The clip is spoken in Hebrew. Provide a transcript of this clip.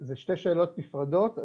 אלו שתי שאלות נפרדות.